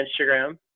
Instagram